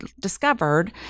discovered